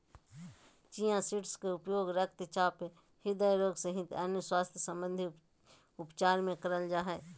chia seeds के उपयोग रक्तचाप, हृदय रोग सहित अन्य स्वास्थ्य संबंधित उपचार मे करल जा हय